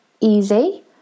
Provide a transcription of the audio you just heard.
easy